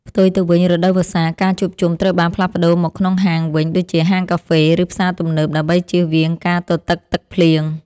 ផ្ទុយទៅវិញរដូវវស្សាការជួបជុំត្រូវបានផ្លាស់ប្តូរមកក្នុងហាងវិញដូចជាហាងកាហ្វេ ឬផ្សារទំនើបដើម្បីជៀសវាងការទទឹកទឹកភ្លៀង។